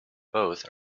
both